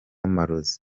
amarozi